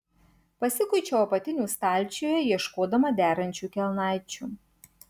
pasikuičiau apatinių stalčiuje ieškodama derančių kelnaičių